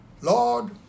Lord